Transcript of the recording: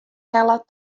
helle